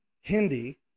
Hindi